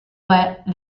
but